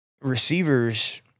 receivers